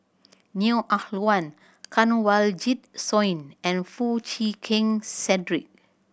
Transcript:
Neo Ah Luan Kanwaljit Soin and Foo Chee Keng Cedric